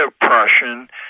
Prussian